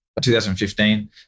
2015